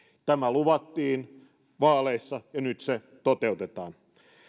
tämä luvattiin vaaleissa ja nyt se toteutetaan